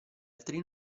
altri